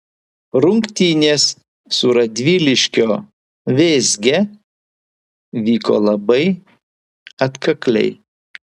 rungtynės su radviliškio vėzge vyko labai atkakliai